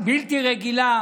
בלתי רגילה